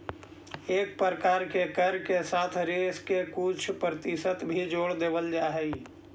कए प्रकार के कर के साथ सेस के कुछ परतिसत भी जोड़ देवल जा हई